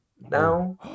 now